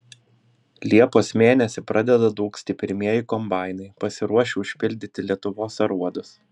liepos mėnesį pradeda dūgzti pirmieji kombainai pasiruošę užpildyti lietuvos aruodus